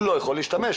הוא לא יכול להשתמש.